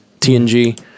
TNG